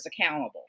accountable